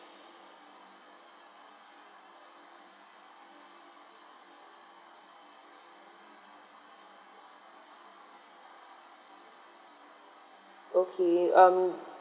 okay um